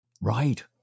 Right